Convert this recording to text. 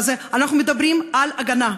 אנחנו מדברים על הגנה,